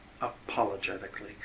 apologetically